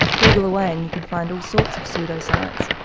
google away and you can find all sorts of pseudo-science,